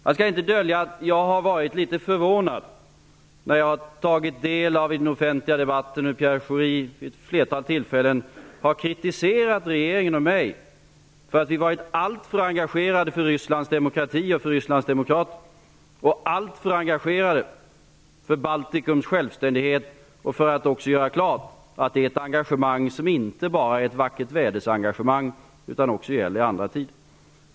Jag skall inte dölja att jag har varit litet förvånad när jag i den offentliga debatten har tagit del av hur Pierre Schori vid ett flertal tillfällen har kritiserat regeringen och mig för att vi har varit alltför engagerade i Rysslands demokratiseringsprocess, Rysslands demokrater och Baltikums självständighet. Jag vill göra klart att det är ett engagemang som inte bara är ett ''vackert-väderengagemang'', utan det gäller också i andra tider.